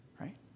Right